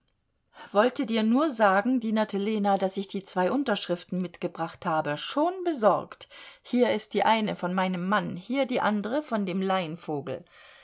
wollte dir nur sagen dienerte lena daß ich die zwei unterschriften mitgebracht habe schon besorgt hier ist die eine von meinem mann hier die andere von dem